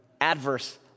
adverse